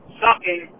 sucking